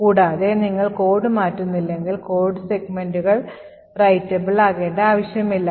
കൂടാതെ നിങ്ങൾ കോഡ് മാറ്റുന്നില്ലെങ്കിൽ കോഡ് സെഗ്മെന്റുകൾ writeable ആകേണ്ട ആവശ്യമില്ല